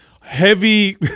heavy